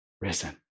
risen